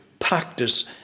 practice